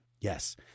Yes